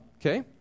okay